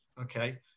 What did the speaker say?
okay